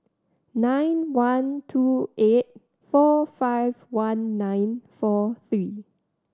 nine one two eight four five one nine four three